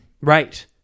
Right